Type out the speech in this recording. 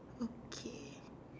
okay